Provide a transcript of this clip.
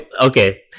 okay